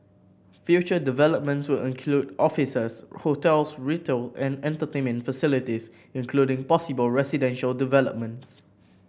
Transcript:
future developments will include offices hotels retail and entertainment facilities including possible residential developments